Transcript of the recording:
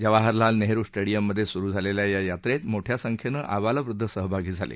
जवाहरलाल नेहरू स्टेडियममधे सुरु झालेल्या या यात्रेत मोठ्या संख्येनं आबालवृद्ध सहभागी झाले